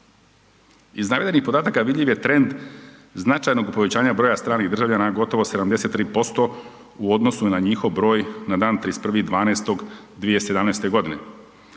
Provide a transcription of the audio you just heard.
Iz navedenih podataka vidljiv je trend značajnog povećanja stranih državljana gotovo 73% u odnosu na njihov broj na dan 31.12.2017. godine,